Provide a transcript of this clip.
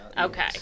Okay